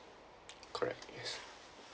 correct yes